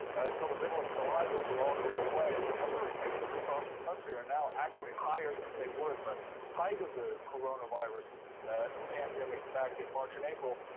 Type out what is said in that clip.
until the middle of july, this will all go away. the number of cases cases across the country are now actually higher than they were the height of the coronavirus ah pandemic back in march and april.